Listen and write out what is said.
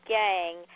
gang